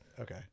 Okay